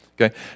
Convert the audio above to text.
Okay